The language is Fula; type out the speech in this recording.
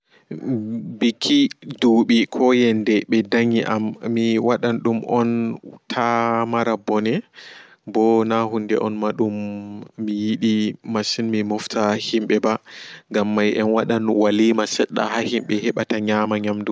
Biki duɓi ko yande ɓe danyi am miwadandum on taa mara bone bo na hunde on ma ɗum miyiɗi masin mi mofta himɓe ba ngam may enwada walima seɗɗa haa himɓe heɓata nyamata nyamdu.